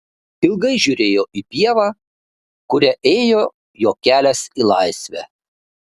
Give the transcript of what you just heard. ilgai žiūrėjo į pievą kuria ėjo jo kelias į laisvę